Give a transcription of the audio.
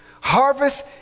Harvest